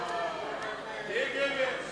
גבר.